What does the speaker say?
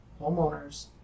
homeowners